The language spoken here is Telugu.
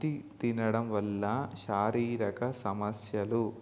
అతి తినడం వల్ల శారీరక సమస్యలు